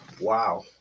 Wow